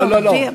זהו, סיימתי.